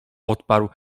odparł